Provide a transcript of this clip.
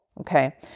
okay